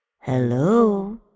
Hello